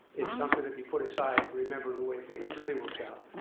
it's something to be put aside and remember the way things really worked out.